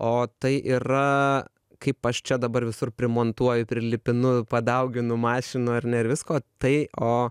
o tai yra kaip aš čia dabar visur primontuoju prilipinu padauginu mašinų ar ne ir visko tai o